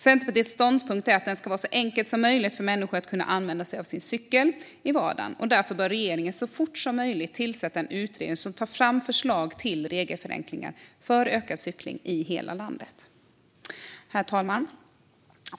Centerpartiets ståndpunkt är att det ska vara så enkelt som möjligt för människor att kunna använda sig av sin cykel i vardagen. Därför bör regeringen så fort som möjligt tillsätta en utredning som tar fram förslag till regelförenklingar för ökad cykling i hela landet. Herr talman!